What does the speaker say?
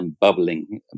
bubbling